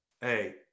Hey